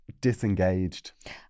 disengaged